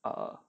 err